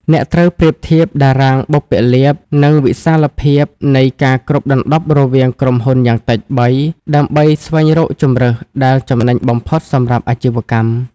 អ្នកត្រូវប្រៀបធៀប តារាងបុព្វលាភ និងវិសាលភាពនៃការគ្របដណ្ដប់រវាងក្រុមហ៊ុនយ៉ាងតិច ៣ ដើម្បីស្វែងរកជម្រើសដែលចំណេញបំផុតសម្រាប់អាជីវកម្ម។